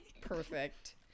Perfect